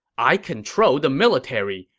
i control the military.